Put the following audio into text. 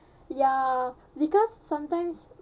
ya because sometimes